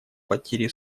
потери